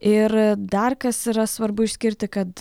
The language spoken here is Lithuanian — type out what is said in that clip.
ir dar kas yra svarbu išskirti kad